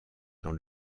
dans